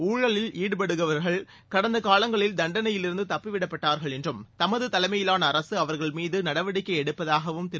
ஊழலில் ஈடுபடுகிறவர்கள் கடந்த காலங்களில் தண்டனையிலிருந்து தப்பி விடப்ட்டார்கள் என்றும் தமது தலைமையிலான அரசு அவர்கள் மீது நடவடிக்கை எடுப்பதாகவும் திரு